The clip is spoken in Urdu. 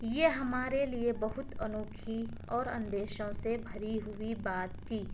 یہ ہمارے لیے بہت انوکھی اور اندیشوں سے بھری ہوئی بات تھی